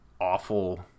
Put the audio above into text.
awful